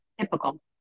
typical